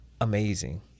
Amazing